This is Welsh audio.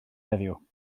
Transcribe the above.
heddiw